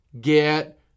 get